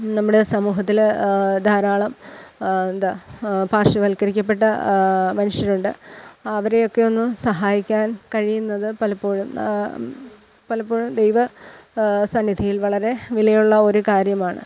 നമ്മുടെ സമൂഹത്തിൽ ധാരാളം എന്താണ് പാർശ്വവൽക്കരിക്കപ്പെട്ട മനുഷ്യരുണ്ട് അവരെയൊക്കെ ഒന്ന് സഹായിക്കാൻ കഴിയുന്നത് പലപ്പോഴും പലപ്പോഴും ദൈവ സന്നിധിയിൽ വളരെ വിലയുള്ള ഒരു കാര്യമാണ്